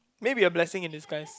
maybe a blessing in disguise